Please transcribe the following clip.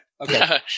Okay